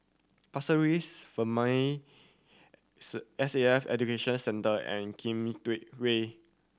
Pasir Ris S A F Education Centre and Way